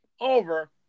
Over